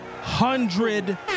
hundred